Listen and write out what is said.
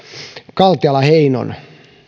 kaltiala heinon